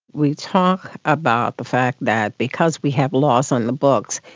we talk about the fact that because we have laws on the books,